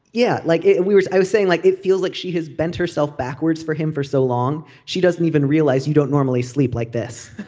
yeah like and we were i was saying like it feel like she has bent herself backwards for him for so long. she doesn't even realize you don't normally sleep like this